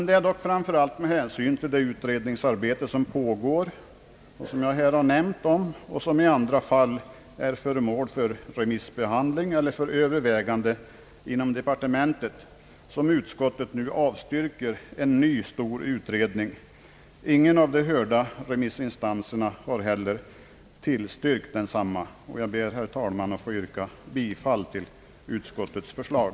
Det är dock framför allt med hänsyn till det utredningsarbete som pågår och de andra utredningsförslag som redan är föremål för remissbehandling eller övervägande inom departementet, som utskottet avstyrker en ny stor utredning. Ingen av de hörda remissinstanserna har heller tillstyrkt en sådan. Jag ber, herr talman, att få yrka bifall till utskottets förslag.